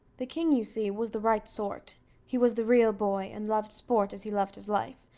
the king, you see, was the right sort he was the real boy, and loved sport as he loved his life,